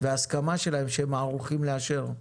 וההסכמה שלהם שהם ערוכים לאשר.